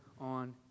on